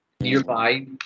Nearby